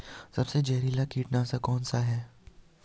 सबसे जहरीला कीटनाशक कौन सा है?